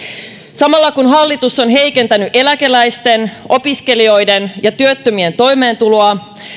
samalla kun hallitus on heikentänyt eläkeläisten opiskelijoiden ja työttömien toimeentuloa